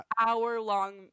hour-long